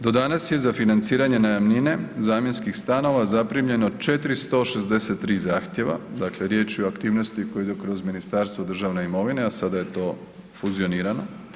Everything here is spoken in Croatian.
Do danas je za financiranje najamnine zamjenskih stanova zaprimljeno 463 zahtjeva, dakle riječ je o aktivnosti koja ide kroz Ministarstvo državne imovine, a sada je to fuzionirano.